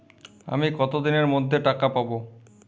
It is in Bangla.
আমি কতদিনের মধ্যে টাকা পাবো?